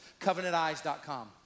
CovenantEyes.com